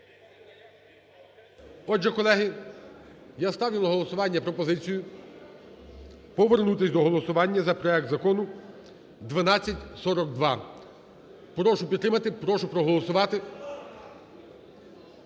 Отже, колеги, я ставлю на голосування пропозицію повернутись до голосування за проект закону 1242. Прошу підтримати, прошу проголосувати.